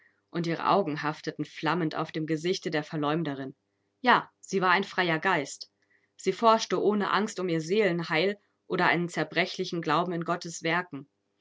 und ihre augen hafteten flammend auf dem gesichte der verleumderin ja sie war ein freier geist sie forschte ohne angst um ihr seelenheil oder einen zerbrechlichen glauben in gottes werken